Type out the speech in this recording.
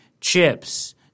chips